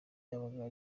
ryabaga